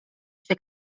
się